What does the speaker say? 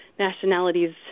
nationalities